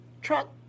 truck